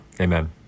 amen